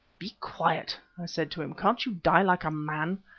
be quiet! i said to him. can't you die like a man?